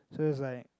so it's like